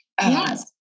Yes